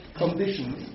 conditions